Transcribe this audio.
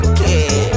Okay